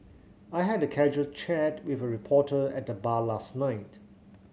I had a casual chat with a reporter at the bar last night